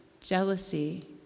jealousy